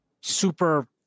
super